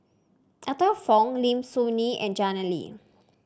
Arthur Fong Lim Soo Ngee and Jannie Tay